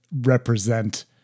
represent